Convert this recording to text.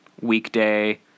weekday